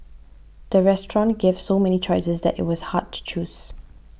the restaurant gave so many choices that it was hard to choose